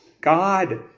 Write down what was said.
God